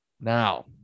Now